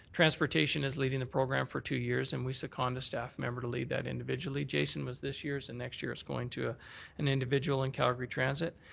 transportation is leading the program for two years, and we second a staff member to lead that individually. jason was this year's. and next year it's going to an individual in calgary transit.